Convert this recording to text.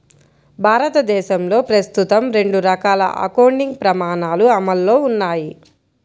భారతదేశంలో ప్రస్తుతం రెండు రకాల అకౌంటింగ్ ప్రమాణాలు అమల్లో ఉన్నాయి